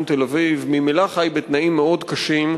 תל-אביב ממילא חי בתנאים מאוד קשים,